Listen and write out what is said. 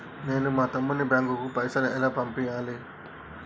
నేను మా తమ్ముని బ్యాంకుకు పైసలు ఎలా పంపియ్యాలి?